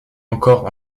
encore